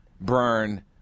burn